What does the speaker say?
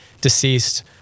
deceased